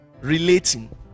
relating